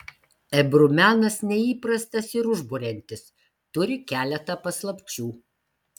ebru menas neįprastas ir užburiantis turi keletą paslapčių